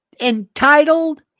Entitled